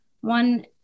one